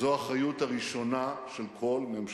זו האחריות הראשונה של כל ממשלה,